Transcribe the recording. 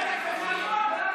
החוק הזה,